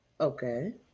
okay